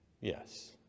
Yes